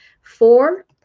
Four